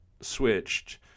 switched